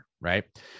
right